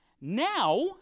now